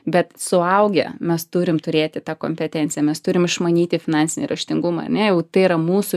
bet suaugę mes turim turėti tą kompetenciją mes turim išmanyti finansinį raštingumą ane jau tai yra mūsų